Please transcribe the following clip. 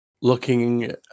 looking